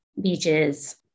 beaches